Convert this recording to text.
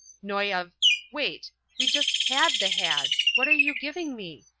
noi av wait we've just had the hads. what are you giving me?